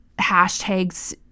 hashtags